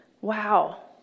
wow